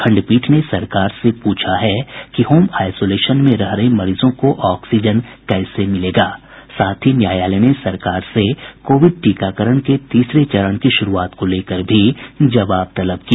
खंडपीठ ने सरकार से पूछा है कि होम आईसोलेशन में रह रहे मरीजों को ऑक्सीजन कैसे मिलेगा साथ ही न्यायालय ने सरकार से कोविड टीकाकरण के तीसरे चरण की शुरूआत को लेकर भी जवाब तलब किया